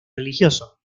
religioso